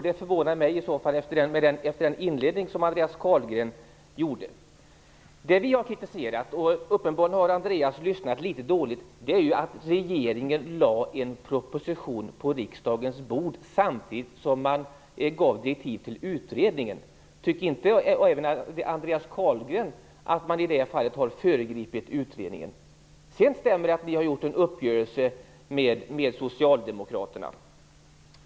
Det förvånar mig efter Det vi kritiserade - uppenbarligen har Andreas Carlgren lyssnat dåligt - är att regeringen lade en proposition på riksdagens bord samtidigt som man gav direktiv till utredningen. Tycker inte även Andreas Carlgren att man i det fallet har föregripit utredningen? Sedan stämmer det att ni har gjort upp med socialdemokraterna.